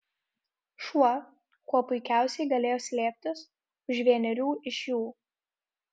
šuo kuo puikiausiai galėjo slėptis už vienerių iš jų